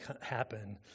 happen